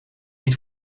niet